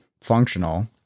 functional